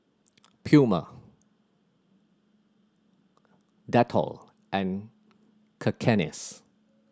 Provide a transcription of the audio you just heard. Puma Dettol and Cakenis